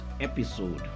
episode